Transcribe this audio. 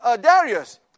Darius